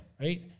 right